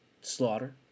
slaughter